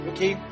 Okay